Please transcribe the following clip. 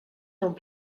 dans